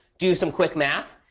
do some quick math.